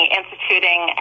instituting